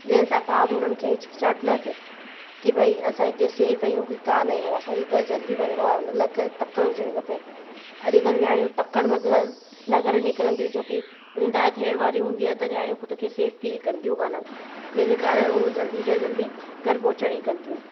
जीअं सां का बि उन्हनि खे हिचकिचाहट न थिए कि भाई असां हिते सेफ आहियूं कि कोन आहियूं असांखे घर जल्दी वञिणो आहे उन लाइ करे तकड़ि हुजणी खपे अॼुकल्ह नियाणियूं तकड़ि में घर इलाही करे निकिरनि थियूं छो कि ऊंधा थियण वारी हूंदी आ्हे त नियाणियूं ख़ुदि खे सेफ फिल कंदियूं कोन आहिनि जंहिंजे कारण उहो जल्दी सां जल्दी घर पहुचण जी कंदियूं आहिनि